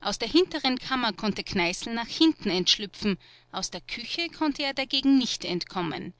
aus der hinteren kammer konnte kneißl nach hinten entschlüpfen aus der küche konnte er dagegen nicht entkommen